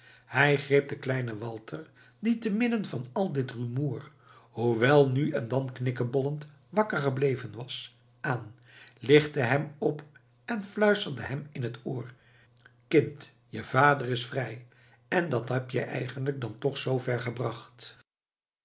hij greep den kleinen walter die te midden van al dit rumoer hoewel nu en dan knikkebollend wakker gebleven was aan lichtte hem op en fluisterde hem in het oor kind je vader is vrij en dat heb jij eigenlijk dan toch zoo ver gebracht